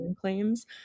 claims